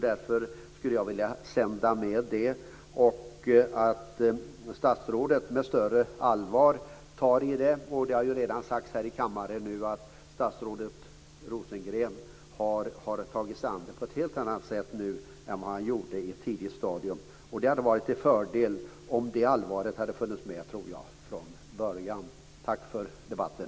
Därför skulle jag vilja sända med detta. Dessutom önskar jag att statsrådet med ett större allvar tar i detta. Det har ju redan sagts här i kammaren att statsrådet Rosengren nu har tagit sig an det här på ett helt annat sätt än han gjorde på ett tidigt stadium. Jag tror att det hade varit en fördel om det allvaret hade funnits med redan från början. Tack för debatten!